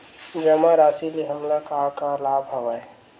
जमा राशि ले हमला का का लाभ हवय?